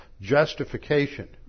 justification